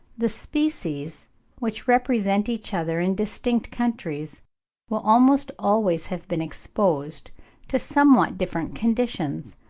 the species which represent each other in distinct countries will almost always have been exposed to somewhat different conditions,